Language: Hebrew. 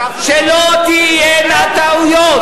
שלא תהיינה טעויות.